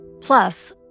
Plus